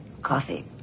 coffee